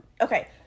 Okay